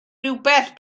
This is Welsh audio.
rhywbeth